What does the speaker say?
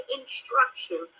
instruction